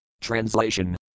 translation